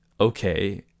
okay